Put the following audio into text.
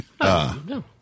No